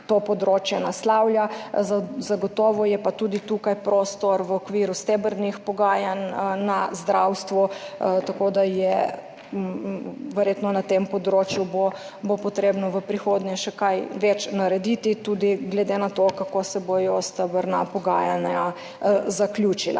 to področje. Zagotovo je pa tudi tukaj prostor v okviru stebrnih pogajanj v zdravstvu, tako da bo verjetno na tem področju treba v prihodnje še kaj več narediti, tudi glede na to, kako se bodo stebrna pogajanja zaključila.